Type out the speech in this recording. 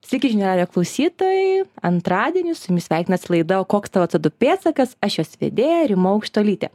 sveiki žinių radijo klausytojai antradienį su jumis sveikinasi laida o koks tavo co du pėdsakas aš jos vedėja rima aukštuolytė